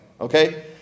Okay